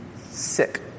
sick